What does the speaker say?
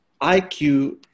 IQ